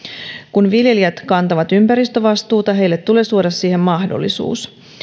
kun viljelijät kantavat ympäristövastuuta heille tulee suoda siihen mahdollisuus